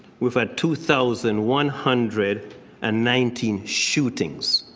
we've had two thousand one hundred and nineteen shootings.